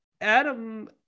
Adam